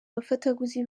abafatabuguzi